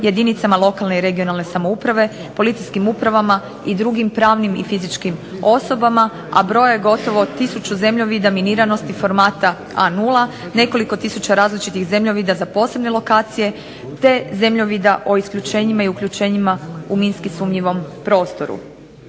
jedinicama lokalne i regionalne samouprave, policijskim upravama i drugim pravnim i fizičkim osobama, a broj je gotovo tisuću zemljovida miniranosti formata A0, nekoliko tisuća različitih zemljovida za posebne lokacije, te zemljovida o isključenjima i uključenjima u minski sumnjivom prostoru.